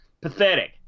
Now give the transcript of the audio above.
Pathetic